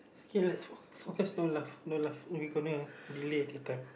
okay let's focus focus don't laugh don't laugh we gonna delay the time